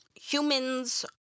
humans